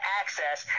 access